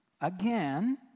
again